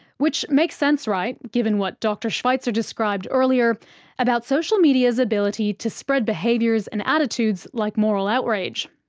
which makes sense, right, given what dr sweitzer described earlier about social media's ability to spread behaviours and attitudes, like moral outrage.